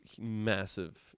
massive